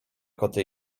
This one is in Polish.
koty